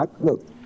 Look